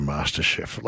MasterChef